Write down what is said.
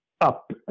up